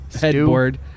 headboard